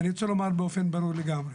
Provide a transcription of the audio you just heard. אני רוצה לומר באופן ברור לגמרי,